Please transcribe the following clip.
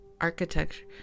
architecture